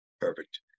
Perfect